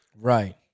Right